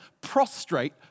prostrate